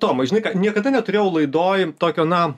tomai žinai ką niekada neturėjau laidoj tokio na